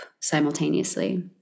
simultaneously